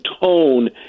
tone